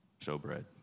showbread